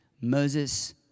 Moses